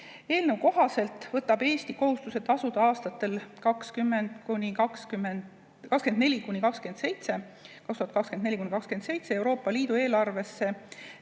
kohaselt võtab Eesti kohustuse tasuda aastatel 2024–2027 Euroopa Liidu eelarvesse